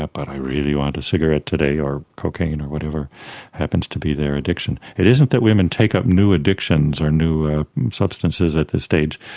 but i really want a cigarette today or cocaine or whatever happens to be their addiction. it isn't that women take up new addictions or new substances at this stage,